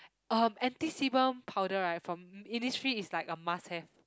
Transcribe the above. um anti sebum powder right from Innisfree is like a must have